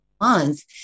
Months